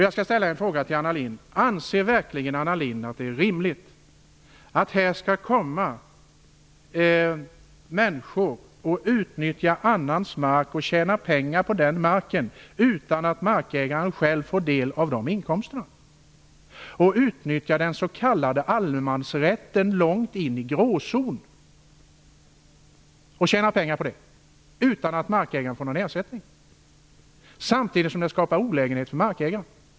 Jag skall ställa en fråga till Anna Lindh: Anser verkligen Anna Lindh att det är rimligt att det skall komma människor och utnyttja annans mark och tjäna pengar på den marken utan att markägaren själv får del av de inkomsterna, och utnyttja den s.k. allemansrätten långt in i gråzonen utan att markägaren får någon ersättning, samtidigt som det skapar olägenhet för markägaren?